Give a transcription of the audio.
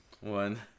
one